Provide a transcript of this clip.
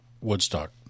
Woodstock